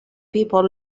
people